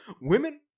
women